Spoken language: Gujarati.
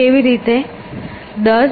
કેવી રીતે